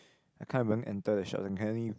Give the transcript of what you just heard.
I can't even enter the shops and Kenny